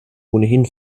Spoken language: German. ohnehin